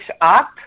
up